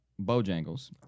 Bojangles